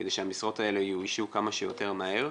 כדי שהמשרות האלה יאוישו כמה שיותר מהר.